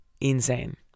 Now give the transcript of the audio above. insane